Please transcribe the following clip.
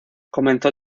comenzó